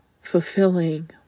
fulfilling